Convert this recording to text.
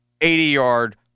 80-yard